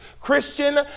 Christian